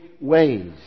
ways